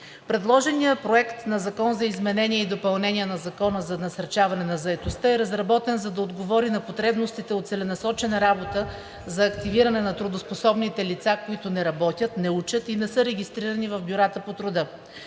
Предложеният Законопроект за изменение и допълнение на Закона за насърчаване на заетостта е разработен, за да отговори на потребностите от целенасочена работа за активиране на трудоспособните лица, които не работят, не учат и не са регистрирани в бюрата по труда.